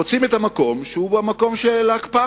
מוצאים את המקום שהוא המקום של הקפאה,